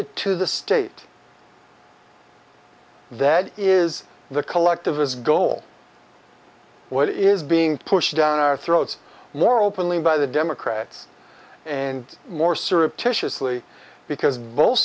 it to the state that is the collective is goal what is being pushed down our throats more openly by the democrats and more surreptitiously because both